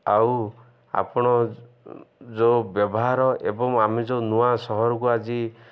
ଆଉ ଆପଣ ଯେଉଁ ବ୍ୟବହାର ଏବଂ ଆମେ ଯେଉଁ ନୂଆ ସହରକୁ ଆଜି